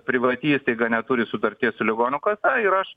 privati įstaiga neturi sutarties su ligonių kasa ir aš